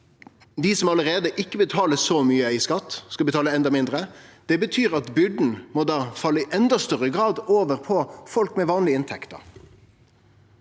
dei som allereie ikkje betaler så mykje i skatt, skal betale enda mindre. Det betyr at byrda i enda større grad må falle over på folk med vanlege inntekter,